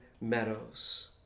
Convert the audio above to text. meadows